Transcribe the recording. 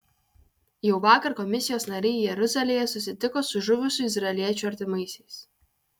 jau vakar komisijos nariai jeruzalėje susitiko su žuvusių izraeliečių artimaisiais